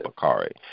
Bakari